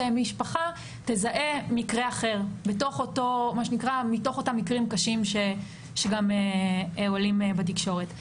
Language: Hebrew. משפחה תזהה מקרה אחר מתוך אותם מקרים קשים שעולים בתקשורת.